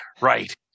right